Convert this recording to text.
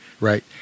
right